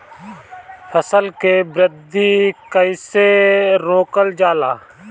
फसल के वृद्धि कइसे रोकल जाला?